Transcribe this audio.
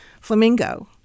Flamingo